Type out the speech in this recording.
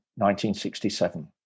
1967